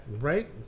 Right